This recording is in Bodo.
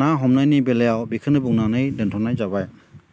ना हमनायनि बेलायाव बेखोनो बुंनानै दोनथ'नाय जाबाय